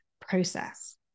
process